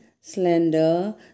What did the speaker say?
slender